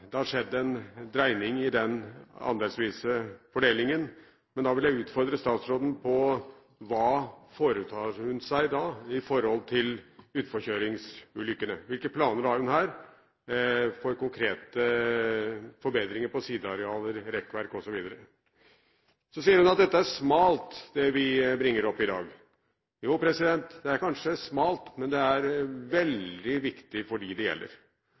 det har skjedd en dreining i den andelsvise fordelingen, men da vil jeg utfordre statsråden på hva hun foretar seg med tanke på utforkjøringsulykkene. Hvilke planer har hun for konkrete forbedringer på sidearealer, rekkverk osv.? Statsråden sier at det er smalt, det som vi tar opp i dag. Ja, det er kanskje smalt, men det er veldig viktig for dem det gjelder.